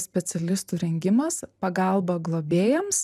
specialistų rengimas pagalba globėjams